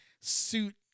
suit